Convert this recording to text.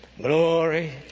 glory